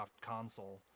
console